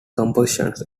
compositions